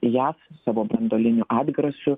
jav savo branduoliniu atgrasiu